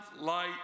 light